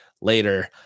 later